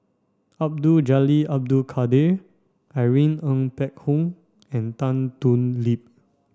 Abdul Jalil Abdul Kadir Irene Ng Phek Hoong and Tan Thoon Lip